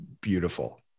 beautiful